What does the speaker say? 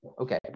Okay